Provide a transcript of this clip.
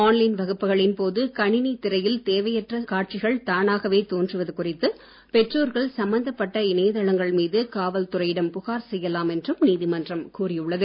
on line வகுப்புகளின் போது கணினி திரையில் தேவையற்ற காட்சிகள் தானாகவே தோன்றுவது குறித்து பெற்றோர்கள் சம்மந்தப்பட்ட இணையதளங்கள் மீது காவல்துறையிடம் புகார் செய்யலாம் என்றும் நீதிமன்றம் கூறியுள்ளது